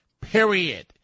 period